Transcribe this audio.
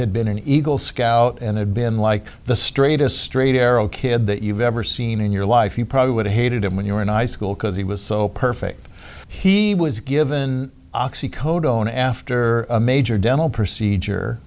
had been an eagle scout and had been like the straight a straight arrow kid that you've ever seen in your life you probably would have hated him when you were in high school because he was so perfect he was given oxy cotto and after a major dental procedure